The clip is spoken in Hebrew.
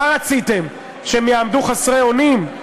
מה רציתם, שהם יעמדו חסרי אונים?